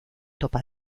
topa